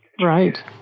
Right